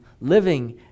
living